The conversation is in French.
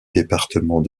département